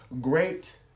great